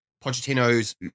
pochettino's